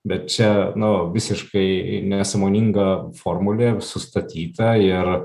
bet čia nu visiškai nesąmoninga formulė ir sustatyta ir